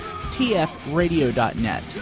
tfradio.net